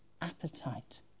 Appetite